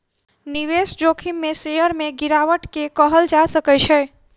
निवेश जोखिम में शेयर में गिरावट के कहल जा सकै छै